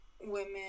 women